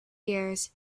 years